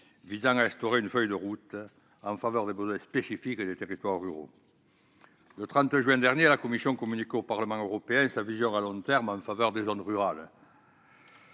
visant à instaurer une feuille de route en faveur des besoins spécifiques des territoires ruraux. Le 30 juin dernier, la Commission communiquait au Parlement européen sa « vision à long terme » en faveur de « zones rurales